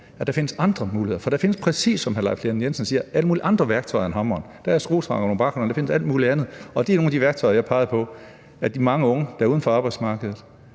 der findes andre muligheder. For der findes præcis, som hr. Leif Lahn Jensen siger, alle mulige andre værktøjer end hammeren. Der er skruetrækkeren og umbraconøglen. Der findes alt muligt andet, og det er nogle af de værktøjer, jeg pegede på i forhold til de mange unge, der er uden for arbejdsmarkedet,